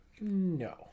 No